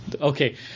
okay